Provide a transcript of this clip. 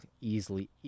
easily